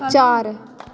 चार